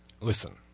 listen